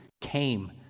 came